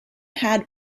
had